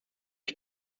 ich